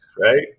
right